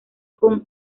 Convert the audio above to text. con